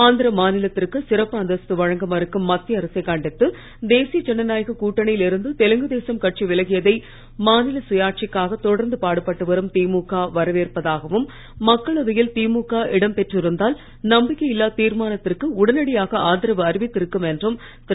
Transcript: ஆந்திர மாநிலத்திற்கு சிறப்பு அந்தஸ்து வழங்க மறுக்கும் மத்திய அரசை கண்டித்து தேசிய ஜனநாயக கூட்டணியில் இருந்து தெலுங்கு தேசம் கட்சி விலகியதை மாநில சுயாட்சிக்காக தொடர்ந்து பாடுபட்டு வரும் திமுக வரவேற்பதாகவும் மக்களவையில் திமுக இடம் பெற்றிருந்தால் நம்பிக்கை இல்லாத் தீர்மானத்திற்கு உடனடியாக ஆதரவு அறிவித்திருக்கும் என்றும் திரு